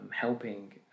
helping